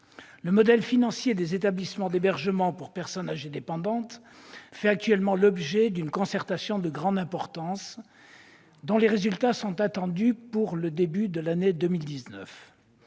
Le modèle financier des établissements d'hébergement pour personnes âgées dépendantes fait actuellement l'objet d'une concertation de grande importance, dont les résultats sont attendus pour le début de l'année 2019.